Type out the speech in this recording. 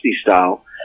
style